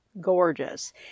gorgeous